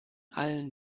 allen